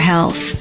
Health